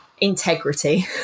integrity